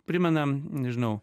primena nežinau